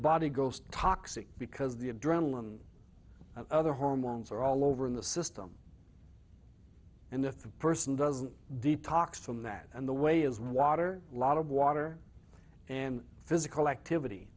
body goes toxic because the adrenaline other hormones are all over in the system and the person doesn't detox from that and the way is water lot of water and physical activity